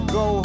go